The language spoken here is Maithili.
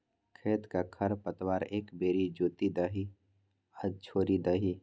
खेतक खर पतार एक बेर जोति दही आ छोड़ि दही